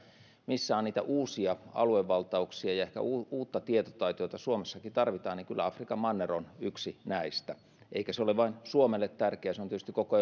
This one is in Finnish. missä on niitä uusia aluevaltauksia ja ehkä uutta uutta tietotaitoa jota suomessakin tarvitaan niin kyllä afrikan manner on yksi näistä eikä se ole vain suomelle tärkeä se on tietysti koko